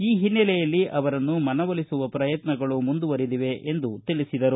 ಈ ಹಿನ್ನಲೆಯಲ್ಲಿ ಅವರನ್ನು ಮನವೊಲಿಸುವ ಪ್ರಯತ್ನಗಳು ಮುಂದುವರಿದಿವೆ ಎಂದು ತಿಳಿಸಿದರು